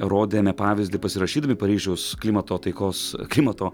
rodėme pavyzdį pasirašydami paryžiaus klimato taikos klimato